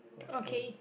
okay